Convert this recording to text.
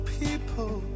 people